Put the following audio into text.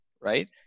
right